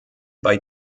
bei